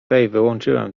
wyłączyłem